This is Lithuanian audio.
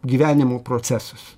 gyvenimo procesas